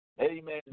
Amen